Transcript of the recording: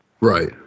right